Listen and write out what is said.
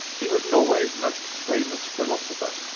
he was norway's most famous philosopher,